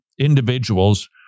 individuals